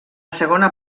segona